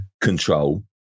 control